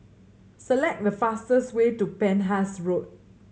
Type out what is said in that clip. select the fastest way to Penhas Road